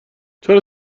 چرا